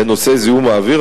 לנושא זיהום האוויר,